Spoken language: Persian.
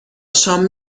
شام